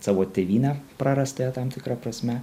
savo tėvynę prarastąją tam tikra prasme